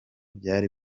byari